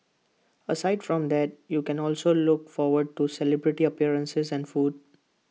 aside from that you can also look forward to celebrity appearances and food